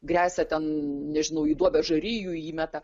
gresia ten nežinau į duobę žarijų įmeta